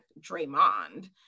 Draymond